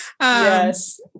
Yes